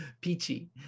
Peachy